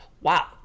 wow